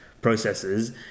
processes